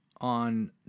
on